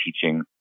teaching